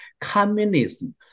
Communism